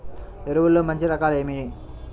ఎరువుల్లో మంచి రకాలు ఏవి?